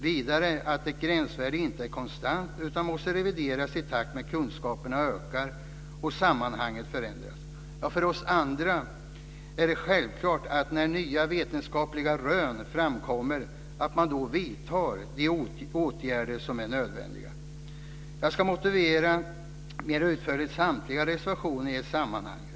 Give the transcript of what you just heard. Vidare anser de att ett gränsvärde inte är konstant utan måste revideras i takt med att kunskaperna ökar och sammanhangen förändras. För oss andra är det självklart att man när nya vetenskapliga rön framkommer vidtar de åtgärder som är nödvändiga. Jag ska motivera mig mer utförligt beträffande samtliga reservationer i ett sammanhang.